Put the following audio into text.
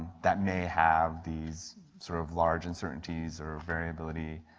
that may have these sort of large uncertainties or variability